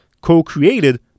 co-created